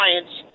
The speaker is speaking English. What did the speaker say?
science